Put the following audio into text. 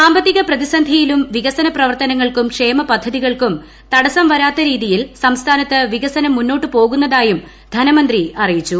സാമ്പത്തിക പ്രതിസന്ധിയിലും വികസന പ്രവർത്തനങ്ങൾക്കൂട് ക്ഷേമപദ്ധതികൾക്കും തടസ്സം വരാത്ത രീതിയിൽ സംസ്ഥാനത്ത് പിക്സനം മുന്നോട്ടു പോകുന്നതായും ധനമന്ത്രി അറിയിച്ചു